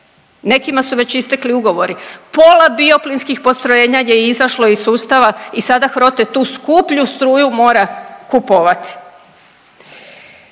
nekima su već istekli ugovori. Pola bioplinskih postrojenja je izašlo iz sustava i sada HROTE tu skuplju struju mora kupovati.